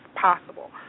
possible